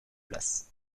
place